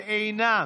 שאינם.